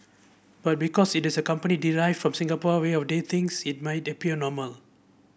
but because it is a company derived from Singapore way of the things it might appear normal